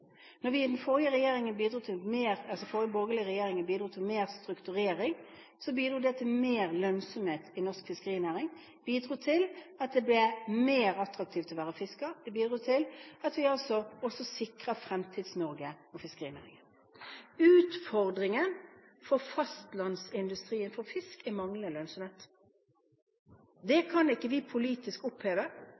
Når vi i den forrige borgerlige regjeringen bidro til mer strukturering, så bidro det til mer lønnsomhet i norsk fiskerinæring, det bidro til at det ble mer attraktivt å være fisker, det bidro til at vi også sikrer Fremtids-Norge og fiskerinæringen. Utfordringen for fastlandsindustrien for fisk er manglende lønnsomhet. Det kan ikke vi oppheve politisk.